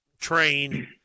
train